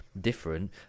different